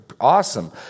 Awesome